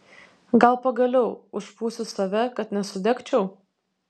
gal pagaliau užpūsiu save kad nesudegčiau